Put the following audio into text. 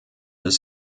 des